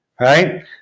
right